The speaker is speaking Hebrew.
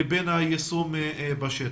לבין היישום בשטח.